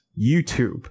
YouTube